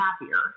happier